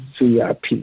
VIP